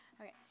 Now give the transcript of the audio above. Okay